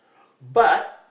but